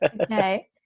Okay